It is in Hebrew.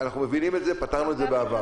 אנחנו מבינים את זה, פתרנו את זה בעבר.